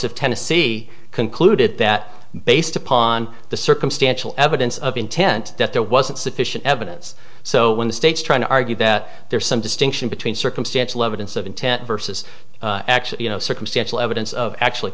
of tennessee concluded that based upon the circumstantial evidence of intent that there wasn't sufficient evidence so when the state's trying to argue that there's some distinction between circumstantial evidence of intent versus actually you know circumstantial evidence of actually